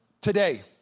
today